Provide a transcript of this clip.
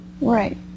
Right